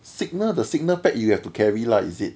signal the signal pack you have to carry lah is it